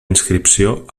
inscripció